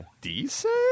decent